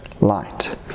light